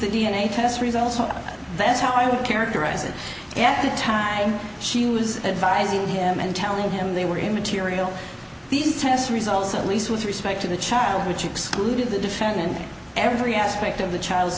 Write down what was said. the d n a test results so that's how i would characterize it after the time she was advising him and telling him they were immaterial these test results at least with respect to the child which excluded the defendant every aspect of the child